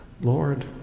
Lord